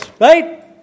right